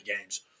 games